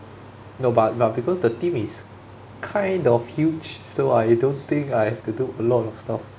no but but because the team is kind of huge so I don't think I have to do a lot of stuff